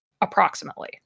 approximately